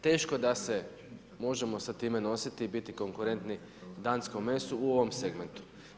Teško da se možemo sa time nositi i biti konkurentni danskom mesu u ovom segmentu.